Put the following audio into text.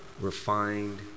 Refined